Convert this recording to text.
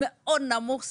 מאוד נמוך,